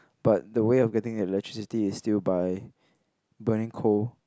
but the way of getting electricity is still by burning coal